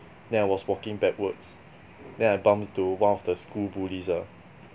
then I was walking backwards then I bumped into one of the school bullies lah